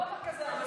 בועז, כבר שכחת?